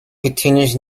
continuous